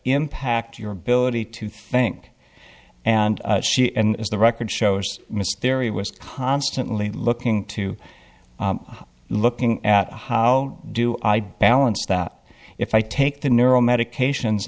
impact your ability to think and she and the record shows mistery was constantly looking to looking at how do i balance that if i take the neuro medication